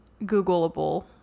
Googleable